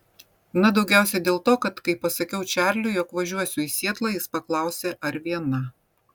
na daugiausiai dėl to kad kai pasakiau čarliui jog važiuosiu į sietlą jis paklausė ar viena